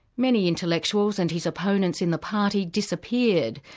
many intellectuals and his opponents in the party disappeared,